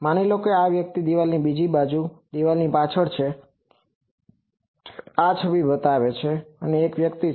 માની લો આ વ્યક્તિ દિવાલની બીજી બાજુથી આ દિવાલની પાછળ છે આ છબી બતાવે છે કે ત્યાં એક વ્યક્તિ છે